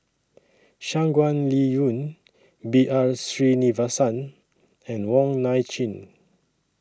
Shangguan Liuyun B R Sreenivasan and Wong Nai Chin